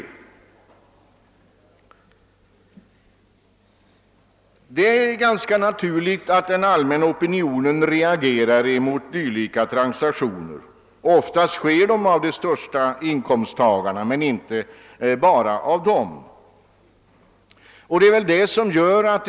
Det är ganska naturligt att den allmänna opinionen reagerar mot dylika transaktioner. Oftast är det de största inkomsttagarna som genomför transaktionerna, men det gäller inte bara dem.